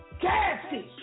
Cassie